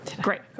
Great